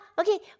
okay